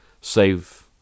save